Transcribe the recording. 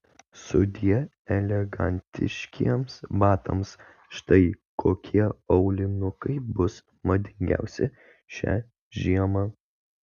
sudie elegantiškiems batams štai kokie aulinukai bus madingiausi šią žiemą